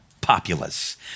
populace